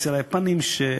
אצל היפנים,